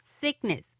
sickness